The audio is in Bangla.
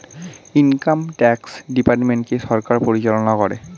ইনকাম ট্যাক্স ডিপার্টমেন্টকে সরকার পরিচালনা করে